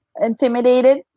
intimidated